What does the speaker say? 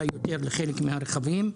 אולי יותר לחלק מהרכבים.